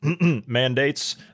mandates